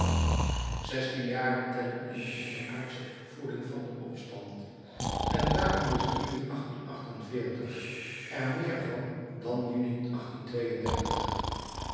zestien jaren tellen in de onderaardsche opvoeding van den opstand en daarom wist juni er meer van dan juni